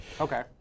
Okay